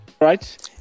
right